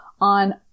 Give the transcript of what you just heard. on